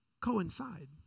coincide